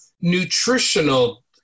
nutritional